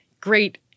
great